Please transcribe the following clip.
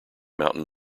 mountain